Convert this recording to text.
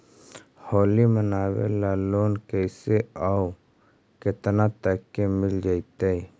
होली मनाबे ल लोन कैसे औ केतना तक के मिल जैतै?